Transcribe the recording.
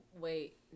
wait